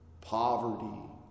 poverty